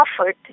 offered